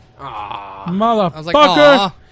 Motherfucker